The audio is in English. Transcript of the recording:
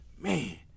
Man